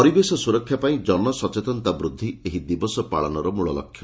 ପରିବେଶ ସ୍ବରକ୍ଷା ପାଇଁ ଜନସଚେତନତା ବୁଦ୍ଧି ଏହି ଦିବସ ପାଳନର ମୃଖ୍ୟ ଲକ୍ଷ୍ୟ